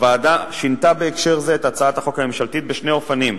הוועדה שינתה בהקשר זה את הצעת החוק הממשלתית בשני אופנים.